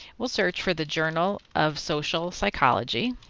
we'll search for the journal of social psychology